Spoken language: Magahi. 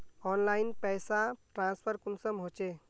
ऑनलाइन पैसा ट्रांसफर कुंसम होचे?